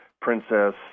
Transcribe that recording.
Princess